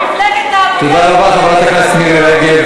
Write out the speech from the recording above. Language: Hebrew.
מפלגת העבודה, תודה רבה, חברת הכנסת מירי רגב.